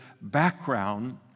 background